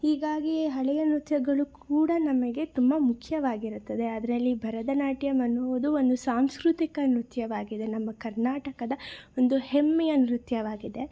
ಹೀಗಾಗಿ ಹಳೆಯ ನೃತ್ಯಗಳು ಕೂಡ ನಮಗೆ ತುಂಬ ಮುಖ್ಯವಾಗಿರುತ್ತದೆ ಅದರಲ್ಲಿ ಭರತನಾಟ್ಯಮ್ ಅನ್ನುವುದು ಒಂದು ಸಾಂಸ್ಕೃತಿಕ ನೃತ್ಯವಾಗಿದೆ ನಮ್ಮ ಕರ್ನಾಟಕದ ಒಂದು ಹೆಮ್ಮೆಯ ನೃತ್ಯವಾಗಿದೆ